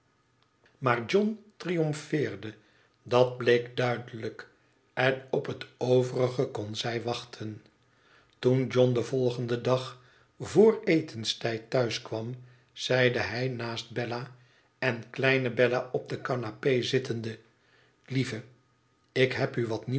maar john triomfeerde dat bleek duidelijk en op het overige kon zij wachten toen john den volgenden dag vr etenstijd thuis kwam zeide hij naast bella en kleine ua op de canapé zittende t lieve ik heb u wat